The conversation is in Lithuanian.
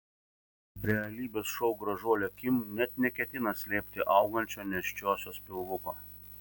realybės šou gražuolė kim net neketina slėpti augančio nėščiosios pilvuko